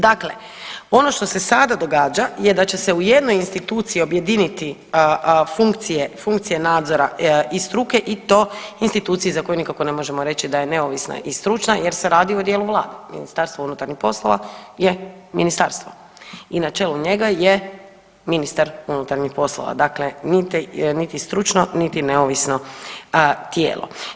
Dakle, ono što se sada događa je da će se u jednoj instituciji objedini funkcije nadzora i struke i to institucije za koju nikako ne možemo reći da je neovisna i stručna jer se radi o dijelu Vlade, Ministarstvo unutarnjih poslova je ministarstvo i na čelu je njega je ministar unutarnjih poslova, dakle niti stručno niti neovisno tijelo.